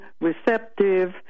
receptive